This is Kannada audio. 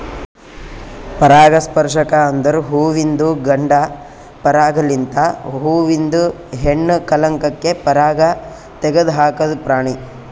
ಪರಾಗಸ್ಪರ್ಶಕ ಅಂದುರ್ ಹುವಿಂದು ಗಂಡ ಪರಾಗ ಲಿಂತ್ ಹೂವಿಂದ ಹೆಣ್ಣ ಕಲಂಕಕ್ಕೆ ಪರಾಗ ತೆಗದ್ ಹಾಕದ್ ಪ್ರಾಣಿ